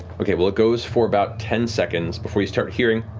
okay, well it goes for about ten seconds before you start hearing